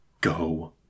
Go